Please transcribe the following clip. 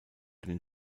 den